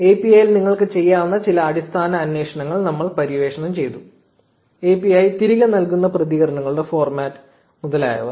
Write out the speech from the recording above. API ൽ നിങ്ങൾക്ക് ചെയ്യാവുന്ന ചില അടിസ്ഥാന അന്വേഷണങ്ങൾ നമ്മൾ പര്യവേക്ഷണം ചെയ്തു API തിരികെ നൽകുന്ന പ്രതികരണങ്ങളുടെ ഫോർമാറ്റ് മുതലായവ